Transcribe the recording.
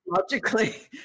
logically